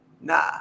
Nah